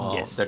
Yes